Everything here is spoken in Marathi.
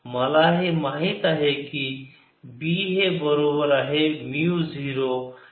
मला हे माहीत आहे की B हे बरोबर आहे म्यु 0 H अधिक M